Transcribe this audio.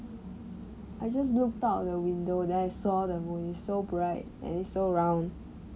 I just look out the window then I saw the moon it's so bright and it's so round